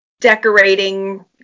decorating